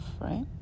right